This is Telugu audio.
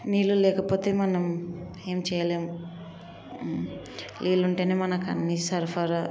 నీళ్ళు లేకపోతే మనం ఏం చెయ్యలేం నీళ్ళు ఉంటేనే మనకి అన్ని సరఫరా